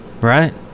Right